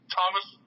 Thomas